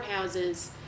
courthouses